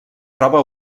troba